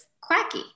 quacky